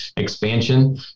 Expansion